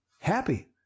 Happy